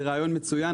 זה רעיון מצוין,